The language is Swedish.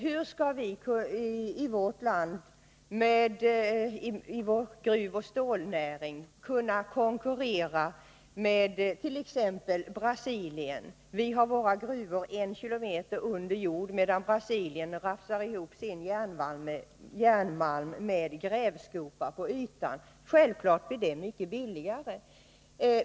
Hur skall vi i vårt land med vår gruvoch stålnäring kunna konkurrera med t.ex. Brasilien? Vi har våra gruvor en kilometer under jorden, medan man i Brasilien rafsar ihop sin järnmalm med en grävskopa på ytan. Självklart blir det mycket billigare.